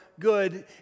good